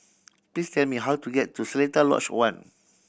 please tell me how to get to Seletar Lodge One